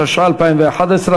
התשע"א 2011,